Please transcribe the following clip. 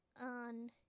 on